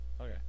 Okay